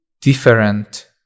different